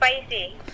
spicy